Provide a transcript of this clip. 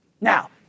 Now